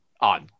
on